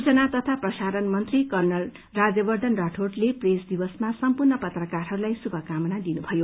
सूचना तथा प्रसारण मन्त्री कर्णल राजय वर्दन राठौडले प्रेस दिवसमा सम्पूर्ण पत्रकारहरूलाई शुभकामना दिनुभयो